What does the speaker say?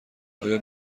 آیا